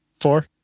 four